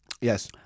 Yes